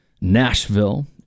Nashville